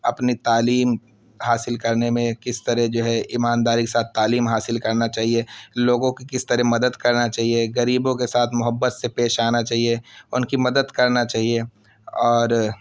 اپنی تعلیم حاصل کرنے میں کس طرح جو ہے ایمانداری کے ساتھ تعلیم حاصل کرنا چاہیے لوگوں کی کس طرح مدد کرنا چاہیے غریبوں کے ساتھ محبت سے پیش آنا چاہیے اور ان کی مدد کرنا چاہیے اور